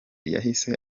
yahise